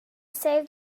saved